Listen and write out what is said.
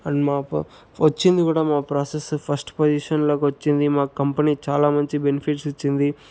and వచ్చింది కూడా మా ప్రాసెస్సు ఫస్ట్ పొజిషన్లోకి వచ్చింది మా కంపెనీ చాలా మంచి బెనిఫిట్స్ ఇచ్చింది